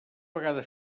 vegada